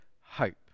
hope